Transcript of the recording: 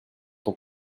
ton